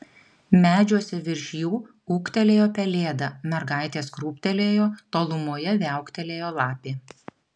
medžiuose virš jų ūktelėjo pelėda mergaitės krūptelėjo tolumoje viauktelėjo lapė